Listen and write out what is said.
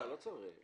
לא, לא צריך.